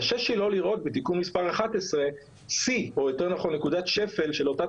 קשה שלא לראות בתיקון מספר 11 שיא או יותר נכון נקודת שפל של אותה